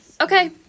okay